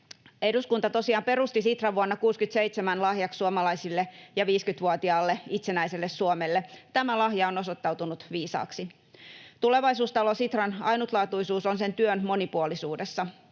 Eduskunta tosiaan perusti Sitran vuonna 67 lahjaksi suomalaisille ja 50-vuotiaalle itsenäiselle Suomelle. Tämä lahja on osoittautunut viisaaksi. Tulevaisuustalo Sitran ainutlaatuisuus on sen työn monipuolisuudessa: